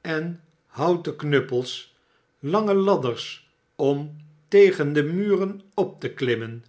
en houten knuppels lange ladders om tegen de muren op te klimmen